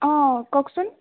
অ কওকচোন